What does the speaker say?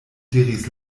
diris